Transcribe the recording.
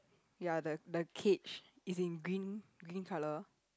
ya the the cage is in green green colour